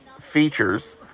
features